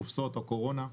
קופסאות הקורונה.